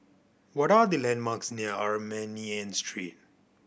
what are the landmarks near Armenian Street